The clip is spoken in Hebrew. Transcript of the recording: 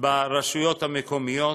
ברשויות המקומיות,